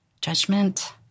judgment